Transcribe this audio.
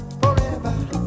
forever